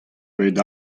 bet